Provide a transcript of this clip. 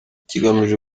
kigamije